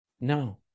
No